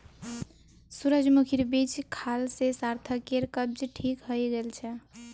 सूरजमुखीर बीज खाल से सार्थकेर कब्ज ठीक हइ गेल छेक